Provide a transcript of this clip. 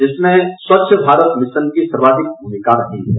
जिसमें स्वच्छ भारत मिशन की सर्वाधिक भूमिका रही है